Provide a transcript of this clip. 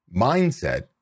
mindset